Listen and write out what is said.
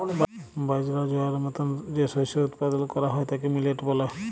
বাজরা, জয়ারের মত যে শস্য উৎপাদল ক্যরা হ্যয় তাকে মিলেট ব্যলে